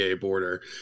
border